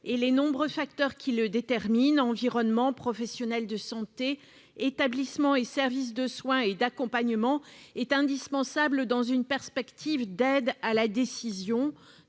et les nombreux facteurs qui le déterminent- environnements, professionnels de santé, établissements et services de soins et d'accompagnement, etc. -est indispensable dans une perspective d'aide à la décision,